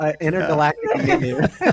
intergalactic